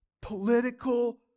political